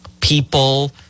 people